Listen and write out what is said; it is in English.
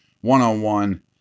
one-on-one